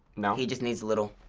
no. he just needs a little.